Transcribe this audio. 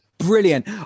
Brilliant